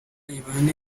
ibane